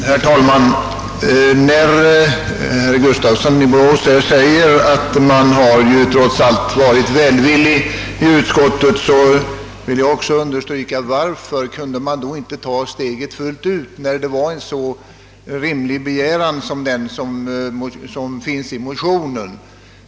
Herr talman! När herr Gustafsson i Borås säger att man i utskottet trots allt varit välvillig, vill jag också fråga: Varför kunde inte utskottet ta steget fullt ut och tillstyrka den rimliga begäran som framföres i motionen?